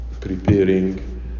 preparing